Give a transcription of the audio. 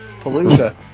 palooza